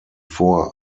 vor